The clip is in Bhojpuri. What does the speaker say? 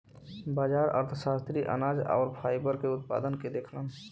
बाजार अर्थशास्त्री अनाज आउर फाइबर के उत्पादन के देखलन